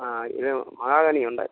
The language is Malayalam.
ആ ഇത് മഹാഗനിയുണ്ട്